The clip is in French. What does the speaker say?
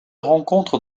rencontre